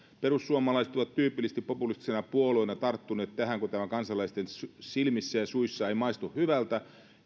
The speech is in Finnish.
perussuomalaiset ovat tyypillisesti populistisena puolueena tarttuneet tähän kun tämä kansalaisten silmissä ja suissa ei maistu hyvältä